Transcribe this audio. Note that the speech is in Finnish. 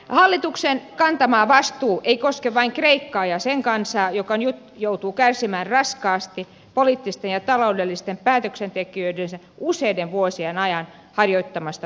hallituksen kantama vastuu ei koske vain kreikkaa ja sen kansaa joka nyt joutuu kärsimään raskaasti poliittisten ja taloudellisten päätöksentekijöidensä useiden vuosien ajan harjoittamasta vastuuttomuudesta